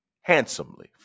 handsomely